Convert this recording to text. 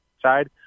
side